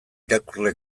irakurle